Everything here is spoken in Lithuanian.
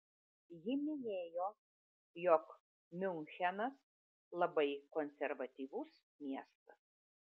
ji minėjo jog miunchenas labai konservatyvus miestas